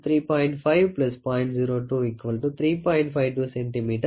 52சென்டிமீட்டர் ஆகும்